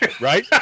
right